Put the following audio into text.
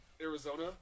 Arizona